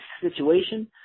situation